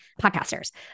podcasters